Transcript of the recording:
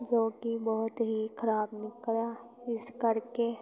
ਜੋ ਕਿ ਬਹੁਤ ਹੀ ਖਰਾਬ ਨਿਕਲਿਆ ਇਸ ਕਰਕੇ